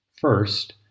first